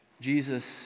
Jesus